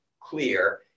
clear